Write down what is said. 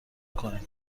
کنید